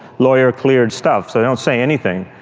lawyer-cleared stuff, so they don't say anything.